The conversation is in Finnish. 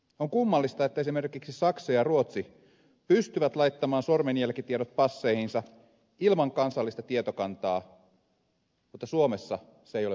on kummallista että esimerkiksi saksa ja ruotsi pystyvät laittamaan sormenjälkitiedot passeihinsa ilman kansallista tietokantaa mutta suomessa se ei ole mahdollista